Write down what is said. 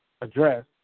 address